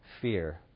fear